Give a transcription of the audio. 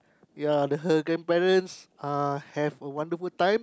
ya then her grandparents uh have a wonderful time